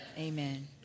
Amen